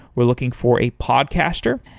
we're looking for a podcaster,